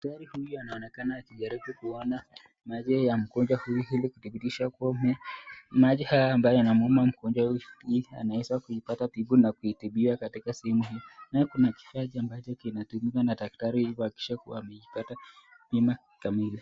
Daktari huyu anaonekana anajaribu kuona macho ya mgonjwa huyu ili kuthibitisha kuwa macho haya yanauma mgonjwa huyu ili kupata tiba na kuhudumiwa. Kuna kifaa ambacho kinatumiwa na daktari ili kuhakikisha ameipata kipimo kamili.